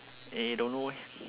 eh don't know leh